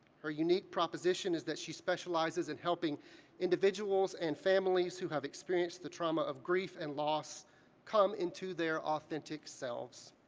her unique proposition is that she specializes in helping individuals and families who have experienced the trauma of grief and loss come into their authentic selves.